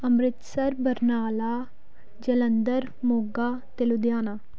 ਅੰਮ੍ਰਿਤਸਰ ਬਰਨਾਲਾ ਜਲੰਧਰ ਮੋਗਾ ਅਤੇ ਲੁਧਿਆਣਾ